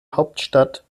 hauptstadt